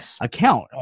account